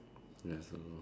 ya so